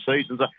seasons